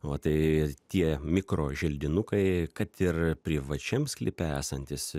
va tai tie mikroželdinukai kad ir privačiam sklype esantys